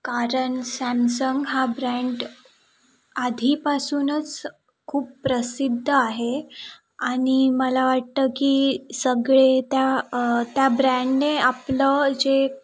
कारण सॅमसंग हा ब्रँड आधीपासूनच खूप प्रसिद्ध आहे आणि मला वाटतं की सगळे त्या त्या ब्रँडने आपलं जे